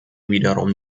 wiederum